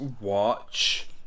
watch